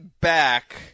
back